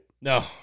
No